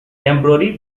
temporary